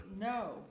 no